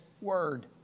Word